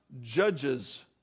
judges